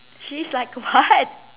she's like a what